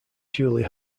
julie